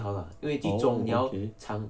oh okay